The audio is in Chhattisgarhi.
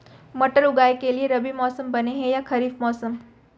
मटर उगाए के लिए रबि मौसम बने हे या खरीफ मौसम?